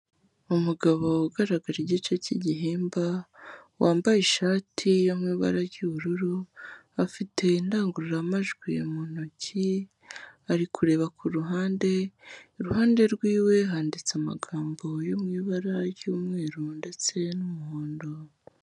Umugabo ugaragaraje igice cy'igihimba, wambaye ishati yo mu ibara ry'ubururu, afite indangururamajwi mu ntoki, ari kureba ku ruhande, iruhande rw'iwe handitse amagambo yo mu ibara ry'umweru ndetse n'umuhondo.